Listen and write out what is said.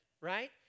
right